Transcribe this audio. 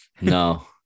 No